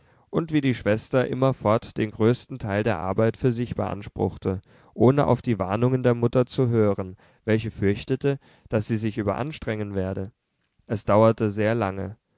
und wie die schwester immerfort den größten teil der arbeit für sich beanspruchte ohne auf die warnungen der mutter zu hören welche fürchtete daß sie sich überanstrengen werde es dauerte sehr lange